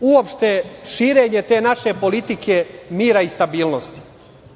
uopšte širenje te naše politike mira i stabilnosti.